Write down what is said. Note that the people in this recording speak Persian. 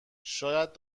شاید